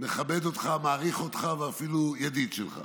מכבד אותך, מעריך אותך ואפילו ידיד שלך,